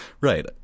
right